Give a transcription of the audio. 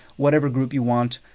whatever group you want.